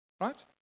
right